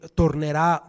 tornerà